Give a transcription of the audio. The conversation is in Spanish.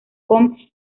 con